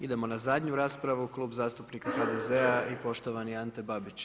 Idemo na zadnju raspravu, Klub zastupnika HDZ-a i poštovani Ante Babić.